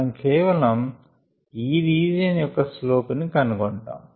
మనం కేవలం ఈ రీజియన్ యొక్క స్లోప్ ని కనుగొంటాము